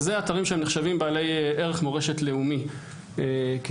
אלה אתרים שנחשבים בעלי ערך מורשת לאומי ככלל.